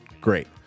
great